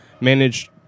Managed